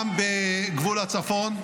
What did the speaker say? גם בגבול הצפון,